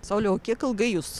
sauliau kiek ilgai jūs